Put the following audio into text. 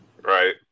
Right